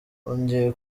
nongeye